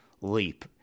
leap